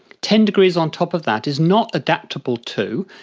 ten degrees on top of that is not adaptable to,